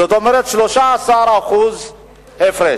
כלומר 13% הפרש,